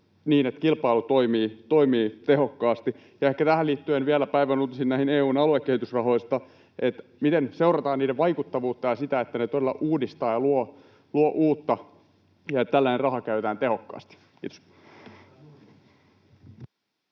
niin, että kilpailu toimii tehokkaasti? Ja ehkä tähän liittyen vielä päivän uutisiin EU:n aluekehitysrahoista: miten seurataan niiden vaikuttavuutta ja sitä, että ne todella uudistavat ja luovat uutta ja että tällainen raha käytetään tehokkaasti? — Kiitos.